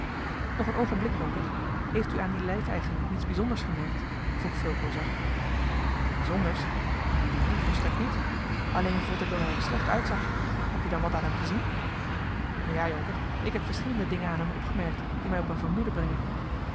nog een oogenblik jonker heeft u aan dien lijfeigene niets bijzonders gemerkt vroeg fulco zacht bijzonders neen volstrekt niet alleen vond ik dat hij er slecht uitzag heb jij dan wat aan hem gezien ja jonker ik heb verschillende dingen aan hem opgemerkt die mij op een vermoeden brengen